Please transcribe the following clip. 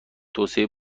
توسعه